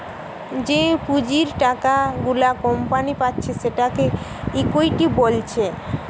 যে পুঁজির টাকা গুলা কোম্পানি পাচ্ছে সেটাকে ইকুইটি বলছে